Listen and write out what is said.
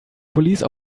police